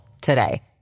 today